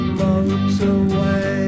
motorway